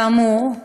כאמור,